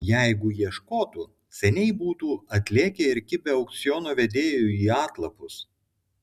jeigu ieškotų seniai būtų atlėkę ir kibę aukciono vedėjui į atlapus